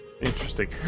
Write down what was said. interesting